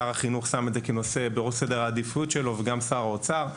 שר החינוך שם את זה כנושא בראש סדר העדיפות שלו וגם שר האוצר.